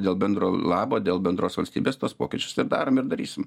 dėl bendro labo dėl bendros valstybės tuos pokyčius ir darom ir darysim